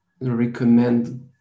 recommend